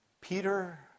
Peter